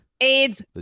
AIDS